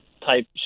type